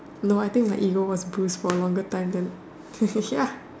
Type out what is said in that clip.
no I think my ego was bruise for a longer time than ya